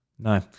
No